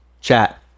Chat